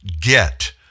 get